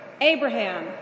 Abraham